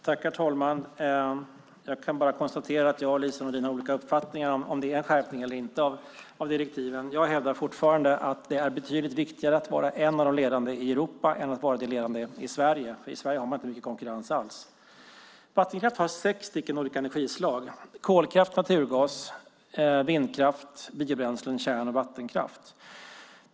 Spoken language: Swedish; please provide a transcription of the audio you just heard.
Herr talman! Jag kan bara konstatera att jag och Lise Nordin har olika uppfattningar om det är en skärpning eller inte av direktiven. Jag hävdar fortfarande att det är betydligt viktigare att vara ett av de ledande i Europa än att vara det ledande i Sverige. I Sverige har man inte mycket konkurrens alls. Vattenfall har sex olika energislag, kolkraft, naturgas, vindkraft, biobränslen, kärn och vattenkraft.